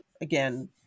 again